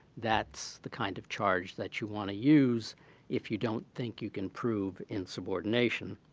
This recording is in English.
that's the kind of charge that you want to use if you don't think you can prove insubordination.